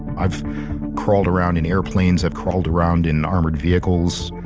i've crawled around in airplanes, i've crawled around in armored vehicles.